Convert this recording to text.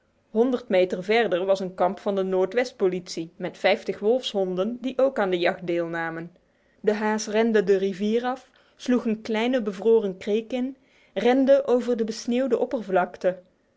honderd meter verder was een kamp van de noordwest politie met vijftig wolfshonden die ook aan de jacht deelnamen de haas rende de rivier af sloeg een kleine bevroren kreek in rende over de besneeuwde oppervlakte